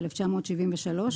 1973,